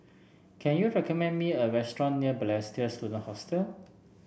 can you recommend me a restaurant near Balestier Student Hostel